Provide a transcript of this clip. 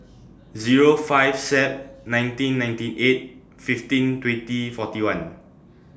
Zero five Sep nineteen ninety eight fifteen twenty forty one